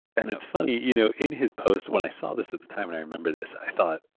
and it's funny, you know in his post, when i saw this at the time and i remember this, i thought,